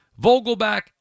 Vogelback